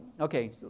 okay